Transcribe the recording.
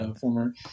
former